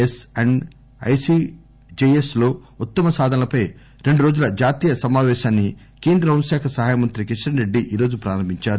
yes and ICJS లో ఉత్తమ సాధనలపై రెండు రోజుల జాతీయ సమాపేశాన్ని కేంద్ర హోంశాఖ సహాయ మంత్రి కిషన్ రెడ్డి ఈరోజు ప్రారంభించారు